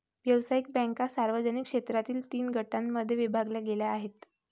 व्यावसायिक बँका सार्वजनिक क्षेत्रातील तीन गटांमध्ये विभागल्या गेल्या आहेत